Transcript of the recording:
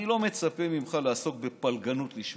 אני לא מצפה ממך לעסוק בפלגנות לשמה.